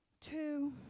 two